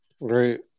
right